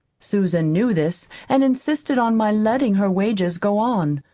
susan knew this and insisted on my letting her wages go on,